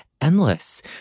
endless